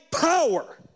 power